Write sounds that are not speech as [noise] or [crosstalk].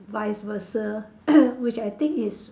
vice versa [coughs] which I think is